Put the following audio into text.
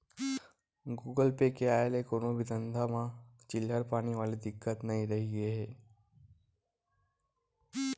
Google Pay के आय ले कोनो भी धंधा म चिल्हर पानी वाले दिक्कत नइ रहिगे हे